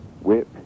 Whip